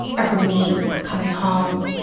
or for me coming home,